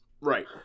Right